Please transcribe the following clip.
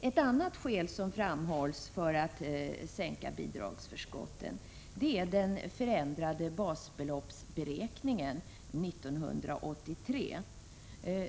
Ett annat skäl som framhålls för sänkning av bidragsförskotten är den 16 december 1986 förändrade basbeloppsberäkningen 1983.